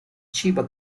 chiba